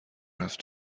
رفت